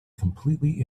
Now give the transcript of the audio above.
completely